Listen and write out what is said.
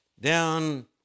down